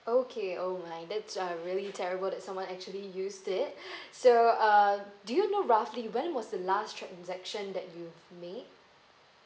okay oh my that's uh really terrible that someone actually use it so uh do you know roughly when was the last transaction that you've made